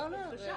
לא,